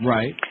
Right